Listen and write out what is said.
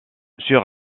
sur